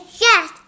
Yes